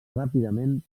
ràpidament